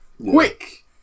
Quick